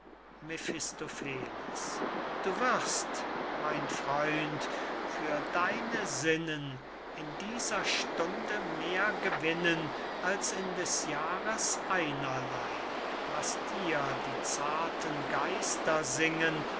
du wirst mein freund für deine sinnen in dieser stunde mehr gewinnen als in des jahres einerley was dir die zarten geister singen